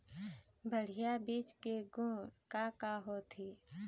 बढ़िया बीज के गुण का का होथे?